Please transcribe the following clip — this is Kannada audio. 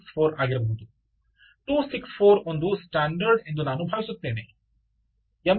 264 ಆಗಿರಬಹುದು 264 ಒಂದು ಸ್ಟ್ಯಾಂಡರ್ಡ್ ಎಂದು ನಾನು ಭಾವಿಸುತ್ತೇನೆ